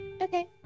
okay